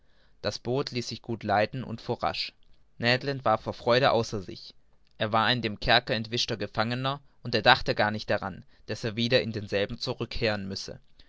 das boot ließ sich gut leiten und fuhr rasch ned land war vor freude außer sich er war ein dem kerker entwischter gefangener und er dachte gar nicht daran daß er wieder in denselben zurückkehren müsse